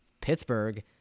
Pittsburgh